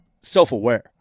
self-aware